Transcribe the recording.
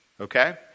okay